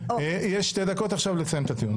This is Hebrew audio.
יש שתי דקות עכשיו לסיים את הטיעון.